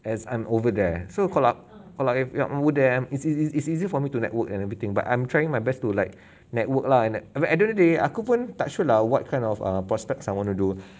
as I'm over there so kalau kalau if you were there is is is it's easy for me to network and everything but I'm trying my best to like network lah and the end of the day aku pun tak sure lah what kind of err prospects I want to do